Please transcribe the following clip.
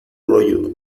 rollo